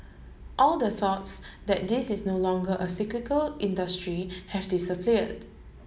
all the thoughts that this is no longer a cyclical industry have disappeared